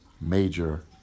major